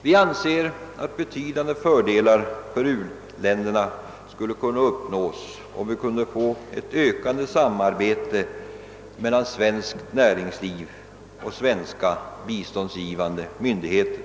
Vi anser att betydande fördelar för u-länderna skulle kunna uppnås, om vi kunde få ett ökande samarbete till stånd mellan svenskt näringsliv och svenska biståndsgivande myndigheter.